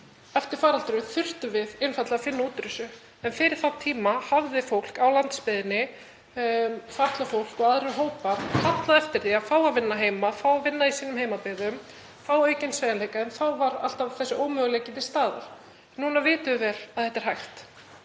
Eftir faraldurinn þurftum við einfaldlega að finna út úr þessu en fyrir þann tíma hafði fólk á landsbyggðinni, fatlað fólk og aðrir hópar, kallað eftir því að fá að vinna heima, fá að vinna í sínum heimabyggðum, fá aukinn sveigjanleika, en þá var alltaf þessi ómöguleiki til staðar. Núna vitum við að þetta er hægt.